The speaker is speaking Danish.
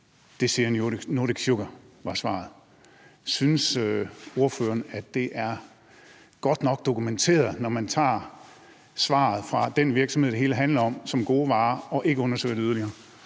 Det siger Nordic Sugar, var svaret. Synes ordføreren, at det er godt nok dokumenteret, når man tager svaret fra den virksomhed, det hele handler om, for gode varer og ikke undersøger det yderligere?